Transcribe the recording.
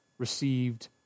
received